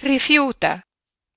rifiuta